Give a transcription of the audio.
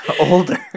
older